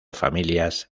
familias